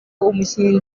umukinnyi